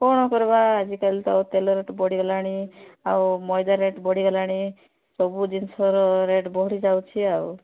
କ'ଣ କରିବା ଆଜିକାଲି ତ ଆଉ ତେଲ ରେଟ୍ ବଢ଼ିଗଲାଣି ଆଉ ମଇଦା ରେଟ୍ ବଢ଼ିଗଲାଣି ସବୁ ଜିନିଷର ରେଟ୍ ବଢ଼ିଯାଉଛି ଆଉ